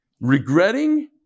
regretting